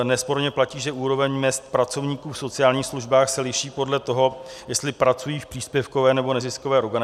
Nesporně platí, že úroveň mezd pracovníků v sociálních službách se liší podle toho, jestli pracují v příspěvkové, nebo neziskové organizaci.